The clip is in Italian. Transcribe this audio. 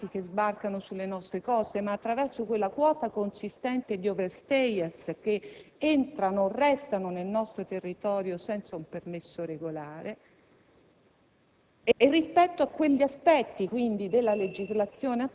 Un fenomeno che non è reso soltanto attraverso gli immigrati che sbarcano sulle nostre coste, ma attraverso quella quota consistente di *overstayers* che entrano e restano nel nostro territorio senza un permesso regolare